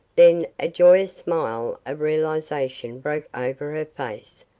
then a joyous smile of realization broke over her face.